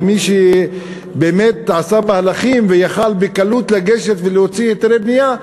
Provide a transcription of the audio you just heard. ומי שעשה מהלכים ויכול היה בקלות לגשת ולהוציא היתרי בנייה,